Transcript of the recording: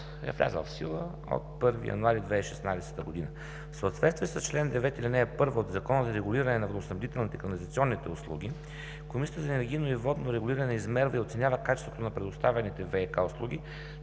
е влязъл в сила от 1 януари 2016 г. В съответствие с чл. 9, ал. 1 от Закона за регулиране на водоснабдителните и канализационните услуги, Комисията за енергийно и водно регулиране измерва и оценява качеството на предоставяните ВиК услуги